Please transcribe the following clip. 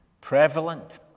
prevalent